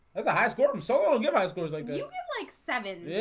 that's a high score. um so i'll give i suppose i'd be like seven.